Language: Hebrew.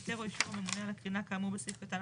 היתר או אישור הממונה על הקרינה כאמור בסעיף קטן